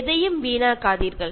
எதையும் வீணாக்காதீர்கள்